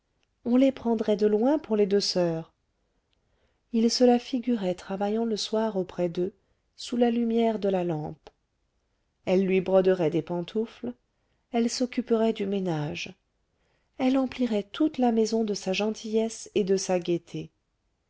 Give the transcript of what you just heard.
on les prendrait de loin pour les deux soeurs il se la figurait travaillant le soir auprès d'eux sous la lumière de la lampe elle lui broderait des pantoufles elle s'occuperait du ménage elle emplirait toute la maison de sa gentillesse et de sa gaieté